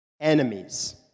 enemies